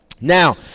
Now